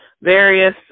various